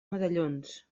medallons